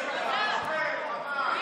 תתבייש לך, נוכל, רמאי.